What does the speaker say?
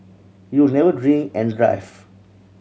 you'll never drink and drive